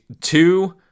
two